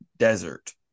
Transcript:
desert